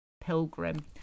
pilgrim